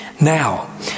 Now